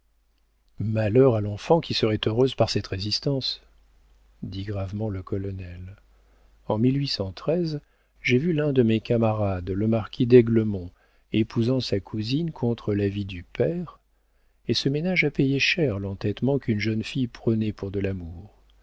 malheur à l'enfant qui serait heureuse par cette résistance dit gravement le colonel en j'ai vu l'un de mes camarades le marquis d'aiglemont épousant sa cousine contre l'avis du père et ce ménage a payé cher l'entêtement qu'une jeune fille prenait pour de l'amour